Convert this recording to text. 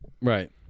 Right